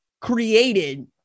created